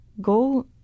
Go